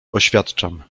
oświadczam